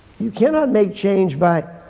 you cannot make change by,